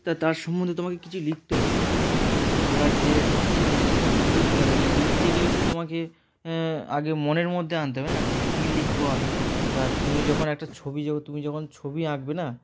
তা তার সম্বন্ধে তোমাকে কিছু লিখতে হবে এবার যে লিখতে হবে লিখতে গেলে তো তোমাকে আগে মনের মধ্যে আনতে হবে না যে কী লিখব আমি এবার তুমি যখন একটা ছবি যে তুমি যখন ছবি আঁকবে না